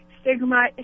stigma